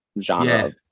genre